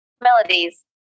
Melodies